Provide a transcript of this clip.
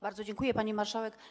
Bardzo dziękuję, pani marszałek.